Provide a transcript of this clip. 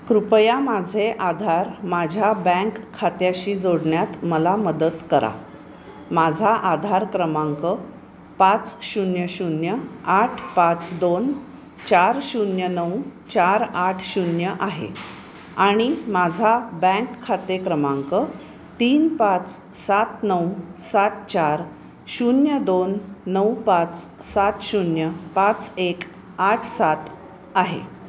कृपया माझे आधार माझ्या बँक खात्याशी जोडण्यात मला मदत करा माझा आधार क्रमांक पाच शून्य शून्य आठ पाच दोन चार शून्य नऊ चार आठ शून्य आहे आणि माझा बँक खाते क्रमांक तीन पाच सात नऊ सात चार शून्य दोन नऊ पाच सात शून्य पाच एक आठ सात आहे